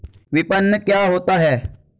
विपणन क्या होता है?